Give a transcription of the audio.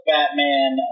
Batman